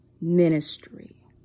ministry